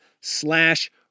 slash